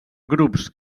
grups